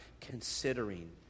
considering